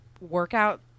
workout